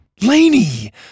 Laney